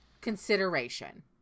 Consideration